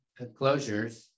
closures